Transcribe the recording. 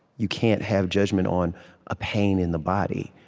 you can't have judgment on a pain in the body.